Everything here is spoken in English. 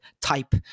type